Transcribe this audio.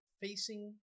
facing